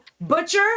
butcher